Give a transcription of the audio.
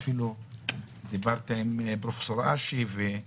אפילו דיברתי עם ד"ר אשי שלמון